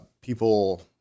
people